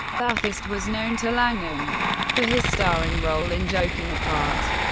bathurst was known to langan for his starring role in joking apart.